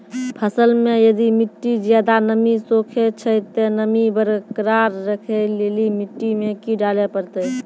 फसल मे यदि मिट्टी ज्यादा नमी सोखे छै ते नमी बरकरार रखे लेली मिट्टी मे की डाले परतै?